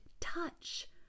touch